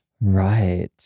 right